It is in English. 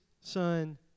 son